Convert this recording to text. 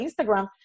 Instagram